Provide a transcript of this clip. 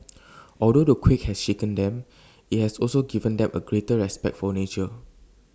although the quake has shaken them IT has also given them A greater respect for nature